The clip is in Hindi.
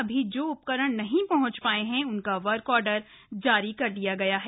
अभी जो उपकरण नहीं पहुंच पाये है उनका वर्क आर्डर जारी कर दिया गया है